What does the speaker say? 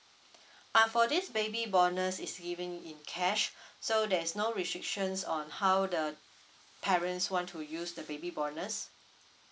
ah for this baby bonus is giving in cash so there is no restrictions on how the parents want to use the baby bonus